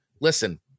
Listen